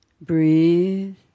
breathe